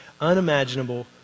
unimaginable